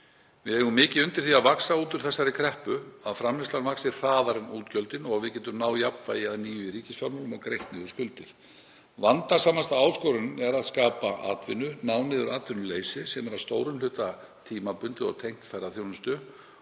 Við eigum mikið undir því að vaxa út úr þessari kreppu, að framleiðslan vaxi hraðar en útgjöldin og við getum náð jafnvægi að nýju í ríkisfjármálum og greitt niður skuldir. Vandasamasta áskorunin er að skapa atvinnu, ná niður atvinnuleysi sem er að stórum hluta tímabundið og tengt ferðaþjónustu